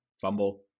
Fumble